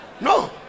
No